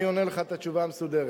אני עונה לך את התשובה המסודרת.